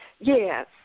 Yes